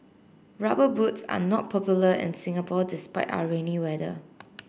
rubber boots are not popular in Singapore despite our rainy weather